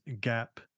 gap